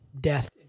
death